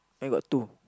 mine got two